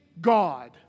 God